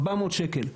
400 שקל.